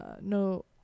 no